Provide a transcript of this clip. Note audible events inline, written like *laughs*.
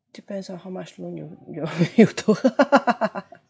depends on how much loan you you you took *laughs*